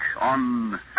on